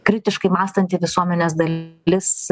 kritiškai mąstanti visuomenės dalis